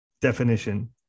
definition